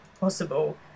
possible